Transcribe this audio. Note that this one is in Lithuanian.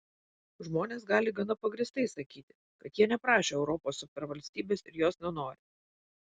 žmonės gali gana pagrįstai sakyti kad jie neprašė europos supervalstybės ir jos nenori